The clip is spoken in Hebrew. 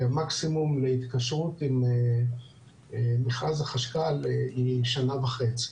כי המקסימום להתקשרות עם מכרז החשכ"ל הוא שנה וחצי.